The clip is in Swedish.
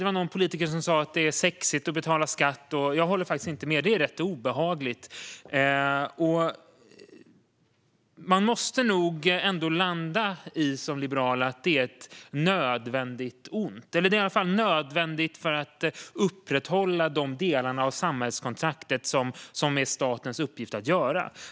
Någon politiker sa att det är sexigt att betala skatt. Jag håller inte med. Det är ganska obehagligt. Men som liberal måste man nog ändå landa i att det är ett nödvändigt ont. Det är i alla fall nödvändigt för att upprätthålla statens uppgifter i samhällskontraktet.